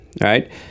right